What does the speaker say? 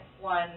one